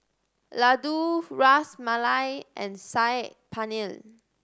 Ladoo Ras Malai and Saag Paneer